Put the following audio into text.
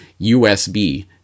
USB